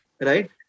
right